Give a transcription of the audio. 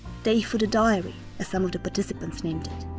day for the diary as some of the participants named it.